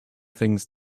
things